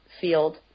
field